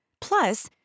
Plus